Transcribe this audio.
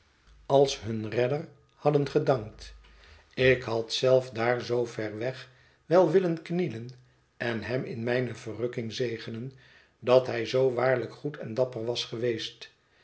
als hun redder hadden gedankt ik had zelf daar zoo ver weg wel willen knielen en hem in mijne verrukking zegenen dat hij zoo waarlijk goed en dapper was geweest